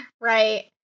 Right